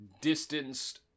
distanced